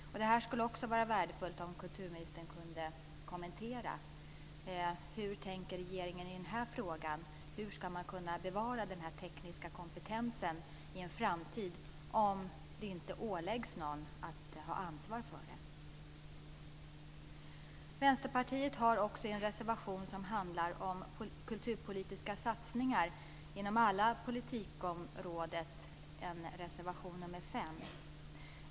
Det skulle vara värdefullt om kulturministern kunde kommentera hur regeringen tänker i denna fråga om hur den tekniska kompetensen ska bevaras i en framtid om det inte åläggs någon att ansvara för detta. Vänsterpartiet har också en reservation som handlar om kulturpolitiska satsningar inom alla politikområden, nämligen reservation nr 5.